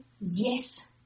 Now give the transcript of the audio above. yes